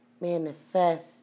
Manifest